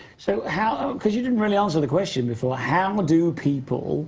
so how. cause you didn't really answer the question before. how do people